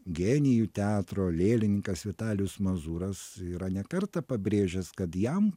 genijų teatro lėlininkas vitalijus mazūras yra ne kartą pabrėžęs kad jam